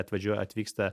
atvažiuoja atvyksta